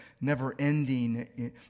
never-ending